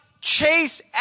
chase